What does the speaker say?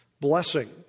blessing